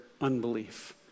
unbelief